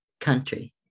Country